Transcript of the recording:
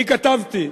אני כתבתי